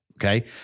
Okay